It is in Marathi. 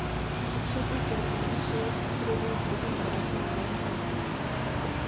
शिक्षक विद्यार्थ्यांना शेअरची खरेदी विक्री संदर्भात समजावून सांगतील